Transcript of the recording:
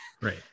Right